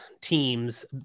teams